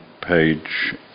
page